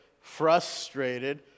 frustrated